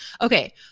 Okay